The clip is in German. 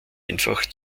einfach